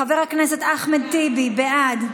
חבר הכנסת אחמד טיבי, בעד,